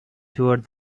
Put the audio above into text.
toward